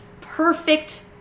perfect